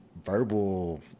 verbal